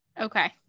Okay